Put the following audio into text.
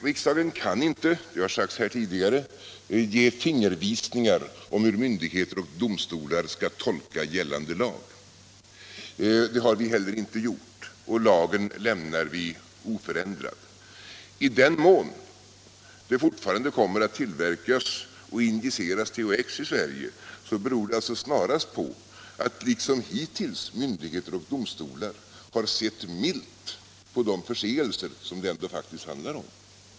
Riksdagen kan inte, det har sagts här tidigare, ge fingervisningar om hur myndigheter och domstolar skall tolka gällande lag. Det har vi inte heller gjort, och lagen lämnar vi oförändrad. I den mån det fortfarande kommer att tillverkas och injiceras THX i Sverige beror det alltså snarast på att myndigheter och domstolar liksom de hittills har gjort ser milt på de förseelser som det ändå faktiskt handlar om.